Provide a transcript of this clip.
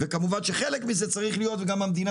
ואין שם כספומט של בנק.